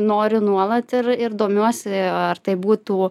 noriu nuolat ir ir domiuosi ar tai būtų